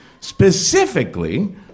Specifically